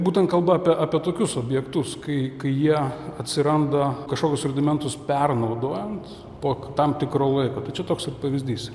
būtent kalba apie apie tokius objektus kai jie atsiranda kažkokius rudimentus pernaudojant po tam tikro laiko tai čia toks ir pavyzdys